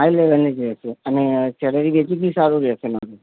high લેવલની જ રહેશે અને સેલેરી એ થી બી સારું જ રહેશે ને